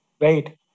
right